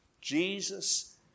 Jesus